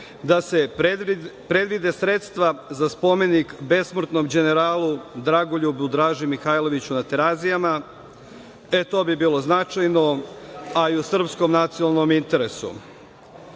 da se predvide sredstva za spomenik besmrtnom đeneralu Dragoljubu Draži Mihajloviću na Terazijama. E, to bi bilo značajno, a i u srpskom nacionalnom